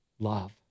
love